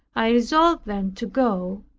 i resolved then to go,